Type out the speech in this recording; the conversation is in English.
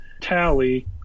tally